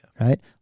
right